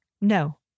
No